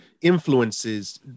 influences